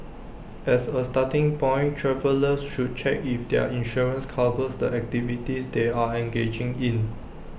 as A starting point travellers should check if their insurance covers the activities they are engaging in